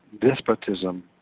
despotism